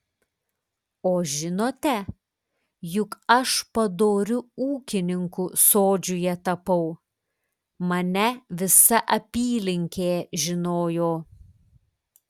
o žinote juk aš padoriu ūkininku sodžiuje tapau mane visa apylinkė žinojo